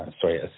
sorry